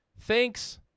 Thanks